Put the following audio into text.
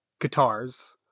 guitars